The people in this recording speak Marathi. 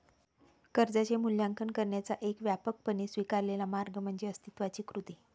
कर्जाचे मूल्यांकन करण्याचा एक व्यापकपणे स्वीकारलेला मार्ग म्हणजे अस्तित्वाची कृती